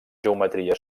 geometria